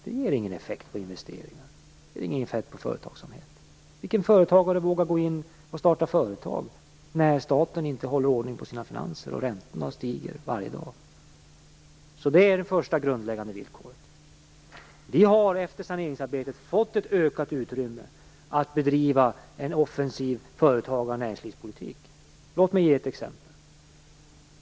Det ger ingen effekt på investeringarna och på företagsamheten. Vilken företagare vågar starta företag när staten inte håller ordning på sina finanser och räntorna stiger varje dag? Detta är alltså det första och grundläggande villkoret. Vi har efter saneringsarbetet fått ett ökat utrymme för att bedriva en offensiv företagar och näringslivspolitik. Låt mig ge ett exempel.